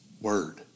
word